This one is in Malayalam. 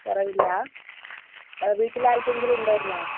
കുറവില്ലേ വീട്ടിൽ ആർക്കെങ്കിലും ഉണ്ടായിരുന്നോ